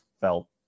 felt